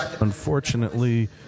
Unfortunately